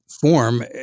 form